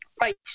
Right